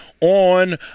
on